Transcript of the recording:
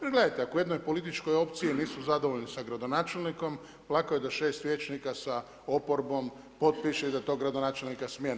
Jer gledajte ako u jednoj političkoj opciji nisu zadovoljni sa gradonačelnikom lako je da 6 vijećnika sa oporbom potpiše i da tog gradonačelnika smijene.